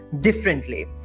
differently